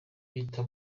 bita